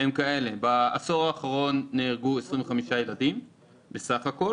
הם אלה: בעשור האחרון נהרגו 25 ילדים בסך הכול.